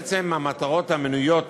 בעצם, המטרות המנויות